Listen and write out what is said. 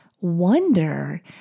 wonder